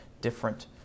different